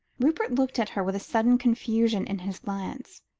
rupert looked at her with a sudden confusion in his glance.